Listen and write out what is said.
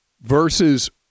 versus